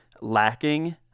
lacking